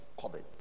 COVID